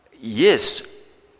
yes